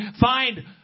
find